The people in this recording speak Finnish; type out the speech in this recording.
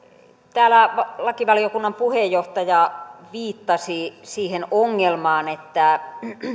täällä lakivaliokunnan puheenjohtaja viittasi siihen ongelmaan että